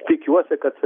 tikiuosi kad